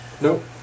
Nope